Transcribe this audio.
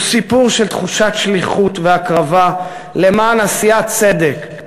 היא סיפור של תחושת שליחות והקרבה למען עשיית צדק,